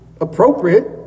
appropriate